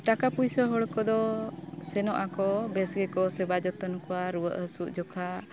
ᱴᱟᱠᱟ ᱯᱚᱭᱥᱟ ᱦᱚᱲ ᱠᱚᱫᱚ ᱥᱮᱱᱚᱜ ᱟᱠᱚ ᱵᱮᱥ ᱜᱮᱠᱚ ᱥᱮᱵᱟ ᱡᱚᱛᱚᱱ ᱠᱚᱣᱟ ᱨᱩᱣᱟᱹᱜ ᱦᱟᱹᱥᱩᱜ ᱡᱚᱠᱷᱚᱱ